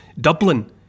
Dublin